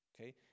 okay